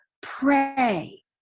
pray